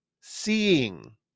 seeing